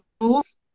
tools